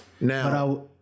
Now